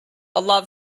love